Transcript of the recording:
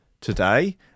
today